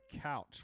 couch